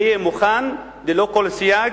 אני אהיה מוכן, ללא כל סייג,